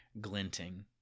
glinting